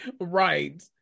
right